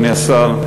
אדוני השר,